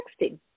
texting